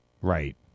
Right